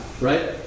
Right